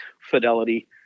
Fidelity